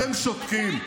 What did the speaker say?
אתם שותקים.